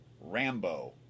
Rambo